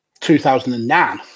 2009